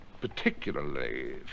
particularly